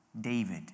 David